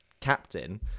Captain